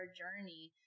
journey